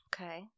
Okay